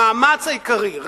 המאמץ העיקרי,